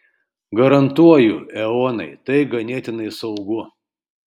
garantuoju eonai tai ganėtinai saugu